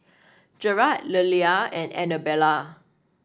Jerad Lelia and Anabella